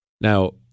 Now